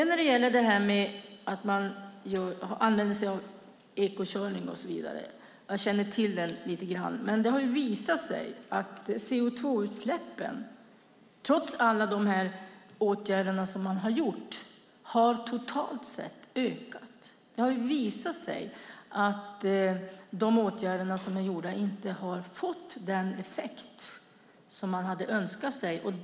När det gäller att man använder sig av eko-körning och så vidare kan jag säga att jag känner till det lite grann. Men det har ju visat sig att CO2-utsläppen, trots alla de åtgärder som man har vidtagit, totalt sett har ökat. Det har ju visat sig att de åtgärderna som är vidtagna inte har fått den effekt som man hade önskat sig.